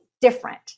different